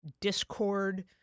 discord